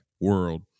world